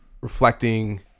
reflecting